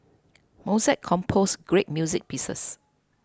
Mozart composed great music pieces